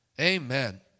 Amen